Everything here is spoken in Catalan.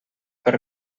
per